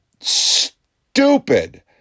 stupid